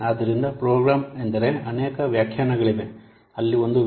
ಆದ್ದರಿಂದ ಪ್ರೋಗ್ರಾಂ ಎಂದರೆ ಅನೇಕ ವ್ಯಾಖ್ಯಾನಗಳಿವೆ ಅಲ್ಲಿ ಒಂದು ವ್ಯಾಖ್ಯಾನವನ್ನು ಡಿ